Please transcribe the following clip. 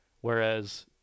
Whereas